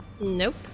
Nope